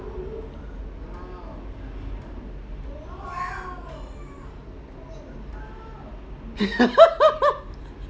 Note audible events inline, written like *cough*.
*laughs*